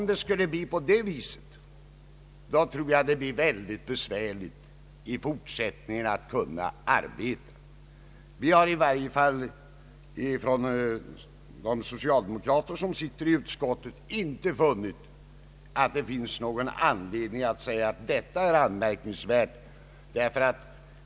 Om det skulle bli på det sättet tror jag att det blir väldigt svårt att arbeta i fortsättningen. Socialdemokraterna i utskottet har inte funnit någon anledning att säga att detta är anmärkningsvärt.